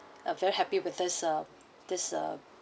uh very happy with this ah this ah